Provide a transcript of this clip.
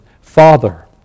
Father